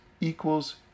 equals